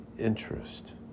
interest